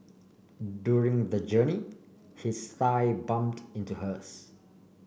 during the journey his thigh bumped into hers